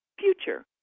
future